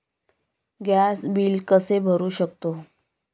Gas bill कसे भरू शकतो?